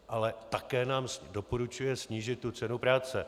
Ale také nám doporučuje snížit tu cenu práce.